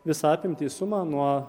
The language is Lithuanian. visą apimtį sumą nuo